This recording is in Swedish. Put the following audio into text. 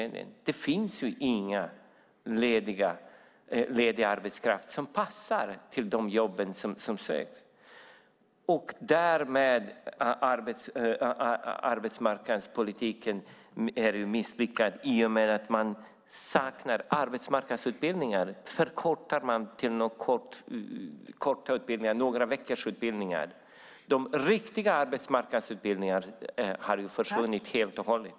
Det finns ingen ledig arbetskraft som passar till de jobb som finns. Därmed är arbetsmarknadspolitiken misslyckad i och med att man saknar arbetsmarknadsutbildningar. Man förkortar dem till utbildningar på några veckor. De riktiga arbetsmarknadsutbildningarna har försvunnit helt och hållet.